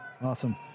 awesome